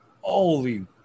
holy